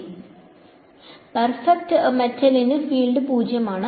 അതിനാൽ പെർഫെക്റ്റ് മെറ്റലിന് ഫീൽഡ് 0 ആണ്